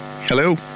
Hello